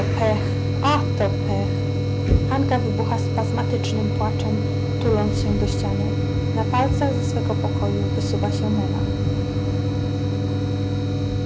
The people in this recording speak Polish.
to pech hanka wybucha spazmatycznym płaczem tuląc się do ściany na palcach ze swego pokoju wysuwa się mela